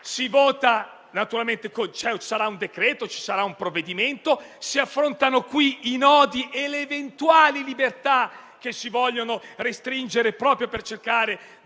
saranno presentati un decreto o un provvedimento. Si affrontano qui i nodi e le eventuali libertà che si vogliono restringere, proprio per cercare